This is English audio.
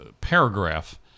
paragraph